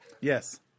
Yes